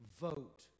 vote